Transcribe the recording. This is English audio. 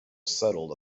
settled